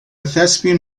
thespian